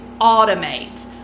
automate